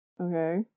Okay